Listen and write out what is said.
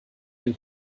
den